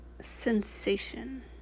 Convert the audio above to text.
sensation